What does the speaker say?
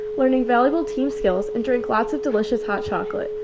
learning valuable team skills and drink lots of delicious hot chocolate.